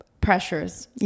pressures